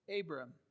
Abram